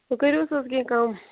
ؤنۍ کٔرِوُس حظ کیٚنہہ کَم